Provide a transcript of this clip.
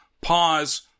pause